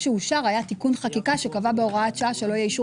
מה שאושר היה תיקון חקיקה שקבע בהוראת שעה שלא יהיה אישור